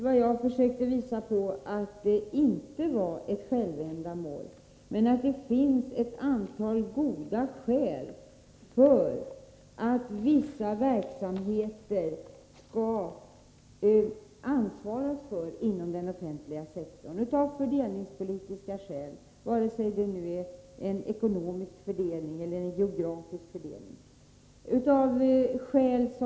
Vad jag försökte visa på var just att offentlig regi inte är ett självändamål men att det finns ett antal goda Nr 68 skäl för att den offentliga sektorn skall ansvara för vissa verksamheter, och Måndagen den dessa skäl är fördelningspolitiska vare sig det gäller ekonomisk fördelning 30 januari 1984 eller geografisk fördelning.